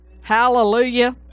Hallelujah